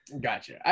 Gotcha